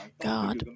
God